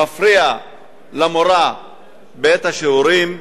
מפריע למורה בעת השיעורים,